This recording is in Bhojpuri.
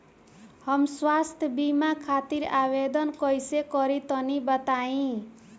हम स्वास्थ्य बीमा खातिर आवेदन कइसे करि तनि बताई?